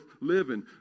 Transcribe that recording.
living